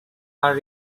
are